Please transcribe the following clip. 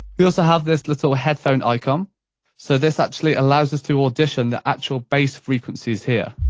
we also have this little ah headphone icon so this actually allows us to audition the actual bass frequencies here.